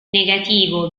negativo